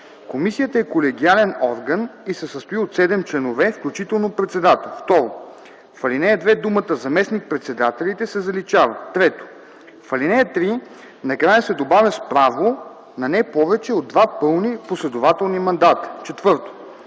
Комисията е колегиален орган и се състои от 7 членове, включително председател.” 2. В ал. 2 думите „заместник-председателите” се заличават. 3. В ал. 3 накрая се добавя „с право на не повече от два пълни последователни мандата”. 4.